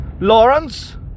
Lawrence